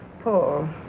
Paul